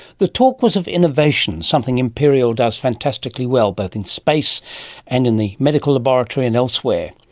the talk was of innovation, something imperial does fantastically well both in space and in the medical laboratory and elsewhere.